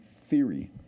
theory